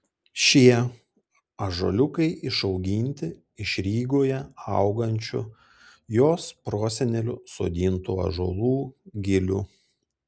šie ąžuoliukai išauginti iš rygoje augančių jos prosenelių sodintų ąžuolų gilių